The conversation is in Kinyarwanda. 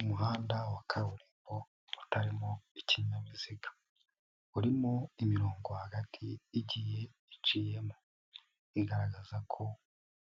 Umuhanda wa kaburimbo utarimo ikinyabiziga, urimo imirongo hagati igiye iciyemo, igaragaza ko